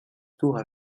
tour